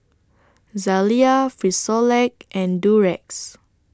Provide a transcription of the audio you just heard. Zalia Frisolac and Durex